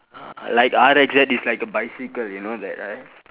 uh like RX-Z is like a bicycle you know that right